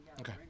Okay